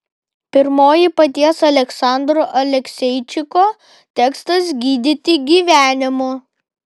pirmoji paties aleksandro alekseičiko tekstas gydyti gyvenimu